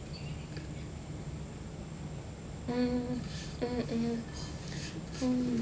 mm mm